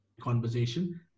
conversation